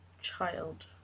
Child